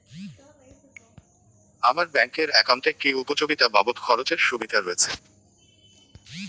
আমার ব্যাংক এর একাউন্টে কি উপযোগিতা বাবদ খরচের সুবিধা রয়েছে?